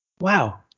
Wow